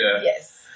Yes